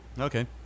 Okay